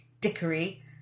dickery